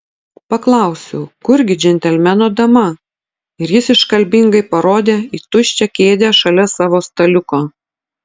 paklausiau kur gi džentelmeno dama ir jis iškalbingai parodė į tuščią kėdę šalia savo staliuko